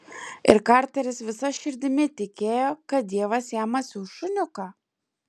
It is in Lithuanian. ir karteris visa širdimi tikėjo kad dievas jam atsiųs šuniuką